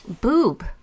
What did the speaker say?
Boob